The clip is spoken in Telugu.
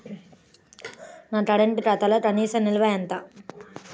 నా కరెంట్ ఖాతాలో కనీస నిల్వ ఎంత?